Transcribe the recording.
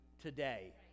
today